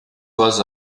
voz